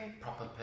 proper